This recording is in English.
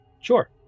Sure